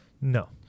no